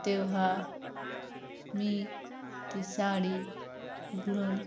तेव्हा मी ती साडी उघडून